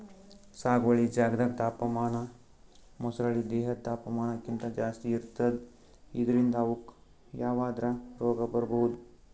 ಸಾಗುವಳಿ ಜಾಗ್ದಾಗ್ ತಾಪಮಾನ ಮೊಸಳಿ ದೇಹದ್ ತಾಪಮಾನಕ್ಕಿಂತ್ ಜಾಸ್ತಿ ಇರ್ತದ್ ಇದ್ರಿಂದ್ ಅವುಕ್ಕ್ ಯಾವದ್ರಾ ರೋಗ್ ಬರ್ಬಹುದ್